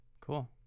Cool